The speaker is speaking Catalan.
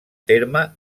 terme